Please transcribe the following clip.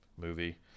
movie